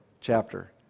chapter